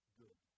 good